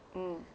mm